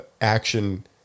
action